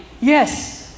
yes